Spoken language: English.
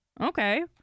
Okay